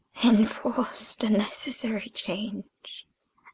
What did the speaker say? enforc'd and necessary change.